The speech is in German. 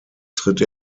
tritt